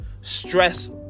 stress